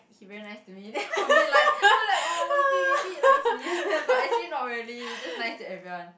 he's very nice to me then I'll be like I'll be like oh maybe maybe he likes me but actually not really he's just nice to everyone